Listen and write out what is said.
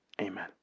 amen